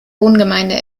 wohngemeinde